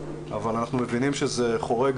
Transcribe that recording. אבל אנחנו מבינים שזה חורג